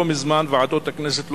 ועדת הכנסת,